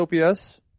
ops